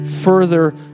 further